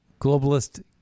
globalist